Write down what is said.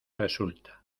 resulta